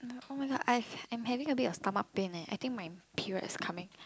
oh-my-god I've I'm having a bit of stomach pain eh I think my period is coming